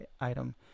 item